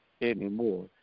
anymore